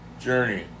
journey